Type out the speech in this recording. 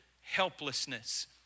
helplessness